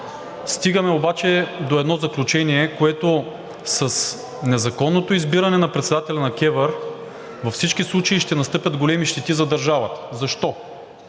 стигаме обаче до едно заключение, което, с незаконното избиране на председателя на КЕВР във всички случаи ще настъпят големи щети за държавата. Защо?